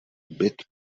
byt